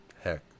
heck